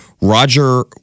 Roger